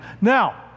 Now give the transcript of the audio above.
Now